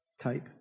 type